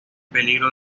peligro